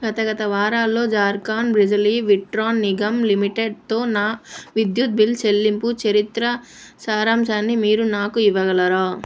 గత గత వారాల్లో జార్ఖండ్ బిజిలీ విట్రాన్ నిగమ్ లిమిటెడ్తో నా విద్యుత్ బిల్ చెల్లింపు చరిత్ర సారాంశాన్ని మీరు నాకు ఇవ్వగలరా